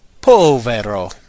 Povero